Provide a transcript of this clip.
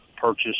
purchase